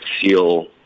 SEAL